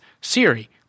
Siri